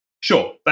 Sure